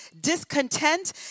discontent